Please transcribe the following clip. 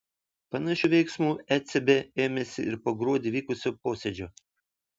panašių veiksmų ecb ėmėsi ir po gruodį vykusio posėdžio